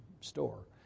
store